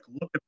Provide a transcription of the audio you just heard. look